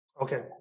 Okay